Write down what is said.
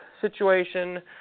situation